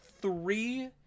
three